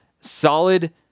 solid